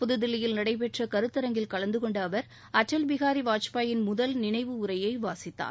புதுதில்லியில் நடைபெற்ற கருத்தரங்கில் கலந்துகொண்ட அவர் முதல் அடல் பிகாரி வாஜ்பாயின் நினைவு உரையை வாசித்தார்